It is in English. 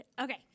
Okay